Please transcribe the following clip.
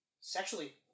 sexually